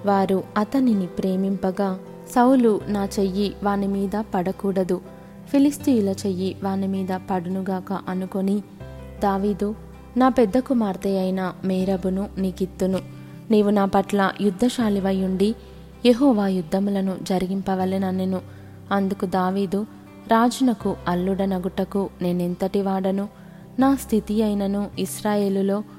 వారు అతనిని ప్రేమింపగా, "సౌలు నా చెయ్యి వానిమీద పడకూడదు. ఫిలిస్తీయుల చెయ్యి వానిమీద పడునుగాక అనుకొని, 'దావీదు, నా పెద్ద కుమార్తె అయిన మేరబును నీకిత్తును. నీవు నా పట్ల యుద్ధశాలివై ఉండి, యెహోవా యుద్ధములను జరిగింపవలెనన్నెను. అందుకు దావీదు, రాజునకు అల్లుడనగుటకు నేనెంతటి వాడను? నా స్థితి అయినను ఇస్రాయేలులో